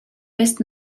west